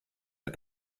der